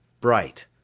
bright.